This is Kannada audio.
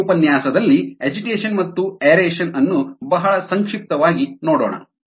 ಈ ಉಪನ್ಯಾಸದಲ್ಲಿ ಅಜಿಟೇಷನ್ ಮತ್ತು ಏರೇಷನ್ ಅನ್ನು ಬಹಳ ಸಂಕ್ಷಿಪ್ತವಾಗಿ ನೋಡೋಣ